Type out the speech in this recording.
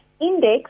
index